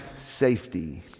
safety